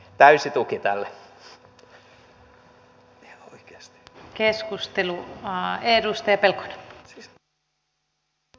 täysi tuki tälle